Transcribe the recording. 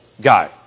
guy